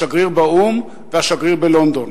השגריר באו"ם והשגריר בלונדון.